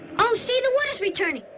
oh, see? the water's returning.